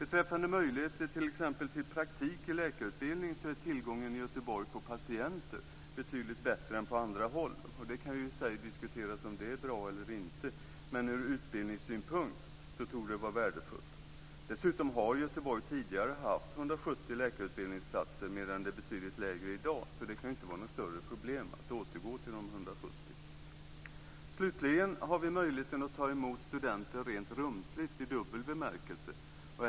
Beträffande möjligheter t.ex. till praktik i läkarutbildningen är tillgången till patienter i Göteborg betydligt bättre än på andra håll. Det kan ju i och för sig diskuteras om det är bra eller inte, men ur utbildningssynpunkt torde det vara värdefullt. Dessutom har Göteborg tidigare haft 170 läkarutbildningsplatser, medan de är betydligt färre i dag. Det kan alltså inte vara något större problem att återgå till de 170. Slutligen har vi i Göteborg möjligheten att ta emot studenter rent rumsligt i dubbel bemärkelse.